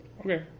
Okay